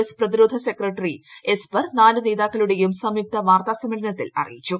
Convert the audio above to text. S പ്രതിരോധ secretary Esper നാലു നേതാക്കളുടെയും സംയുക്ത വാർത്താ സമ്മേളനത്തിൽ അറിയിച്ചു